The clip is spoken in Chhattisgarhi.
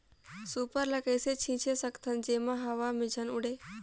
सुपर ल कइसे छीचे सकथन जेमा हवा मे झन उड़े?